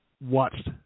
watched